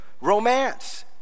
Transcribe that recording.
romance